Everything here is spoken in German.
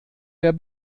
der